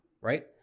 right